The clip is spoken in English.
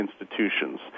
institutions